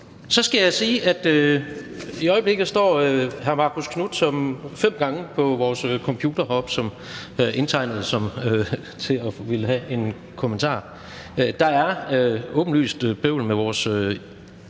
Så skal jeg sige, at i øjeblikket står hr. Marcus Knuth fem gange på vores computer heroppe som indtegnet til at ville have en kommentar. Der er åbenlyst bøvl med vores